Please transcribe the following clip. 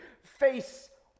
face